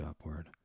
upward